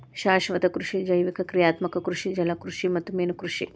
ಶಾಶ್ವತ ಕೃಷಿ ಜೈವಿಕ ಕ್ರಿಯಾತ್ಮಕ ಕೃಷಿ ಜಲಕೃಷಿ ಮತ್ತ ಮೇನುಕೃಷಿ